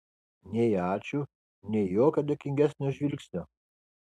nei ačiū nei jokio dėkingesnio žvilgsnio